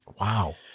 Wow